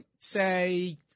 say